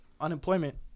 unemployment